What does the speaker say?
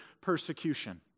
persecution